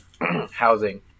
housing